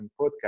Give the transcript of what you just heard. podcast